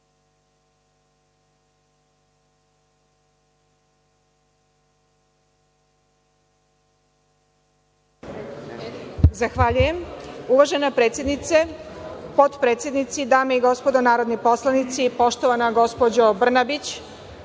Zahvaljujem. Uvažena predsednice, potpredsednici, dame i gospodo narodni poslanici, poštovana gospođo Brnabić,